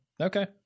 Okay